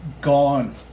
Gone